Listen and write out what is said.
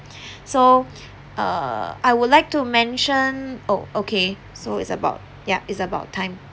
so err I would like to mention oh okay so is about ya is about time